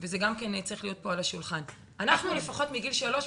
אנחנו לפחות מגיל שלוש,